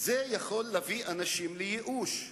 יכולה להביא אנשים לייאוש.